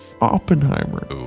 oppenheimer